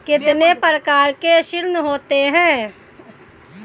कितने प्रकार के ऋण होते हैं?